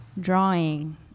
drawing